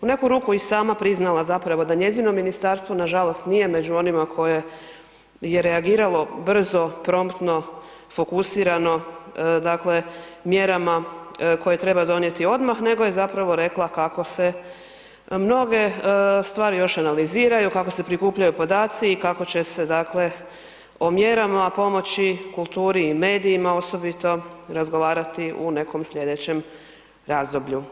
u neku ruku i sama priznala zapravo da njezino ministarstvo nažalost nije među onima koje je reagiralo brzo, promptno, fokusirano, dakle mjerama koje treba donijeti odmah nego je zapravo rekla kako se mnoge stvari još analiziraju kako se prikupljaju podaci i kako će se dakle o mjerama pomoći kulturi i medijima osobito razgovarati u nekom sljedećem razdoblju.